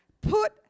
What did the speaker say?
put